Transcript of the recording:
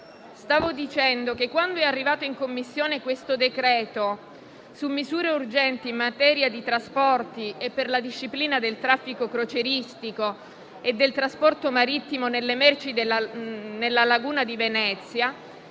del Governo, quando è arrivato in Commissione questo decreto-legge recante misure urgenti in materia di trasporti e per la disciplina del traffico crocieristico e del trasporto marittimo delle merci nella laguna di Venezia,